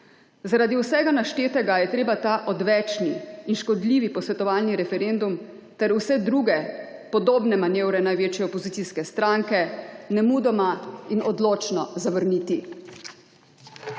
Zaradi vsega naštetega je treba ta odvečni in škodljivi posvetovalni referendum ter vse druge podobne manevre največje opozicijske stranke nemudoma in odločno zavrniti.